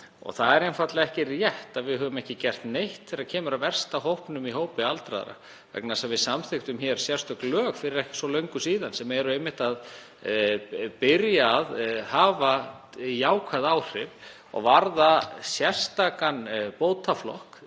Það er einfaldlega ekki rétt að við höfum ekki gert neitt þegar kemur að verst setta hópnum í hópi aldraðra vegna þess að við samþykktum hér sérstök lög fyrir ekki svo löngu sem eru einmitt að byrja að hafa jákvæð áhrif og varða sérstakan bótaflokk